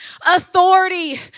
authority